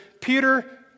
Peter